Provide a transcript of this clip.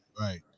Right